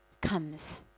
comes